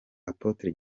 apôtre